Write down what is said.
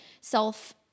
self